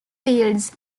fields